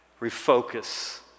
Refocus